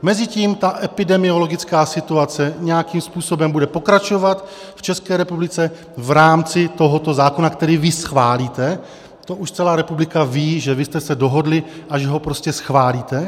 Mezitím ta epidemiologická situace nějakým způsobem bude pokračovat v České republice v rámci tohoto zákona, který vy schválíte, to už celá republika ví, že vy jste se dohodli a že ho prostě schválíte.